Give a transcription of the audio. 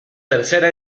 tercera